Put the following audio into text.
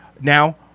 now